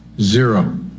Zero